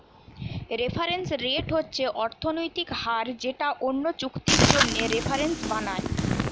reference rate হচ্ছে অর্থনৈতিক হার যেটা অন্য চুক্তির জন্যে রেফারেন্স বানায়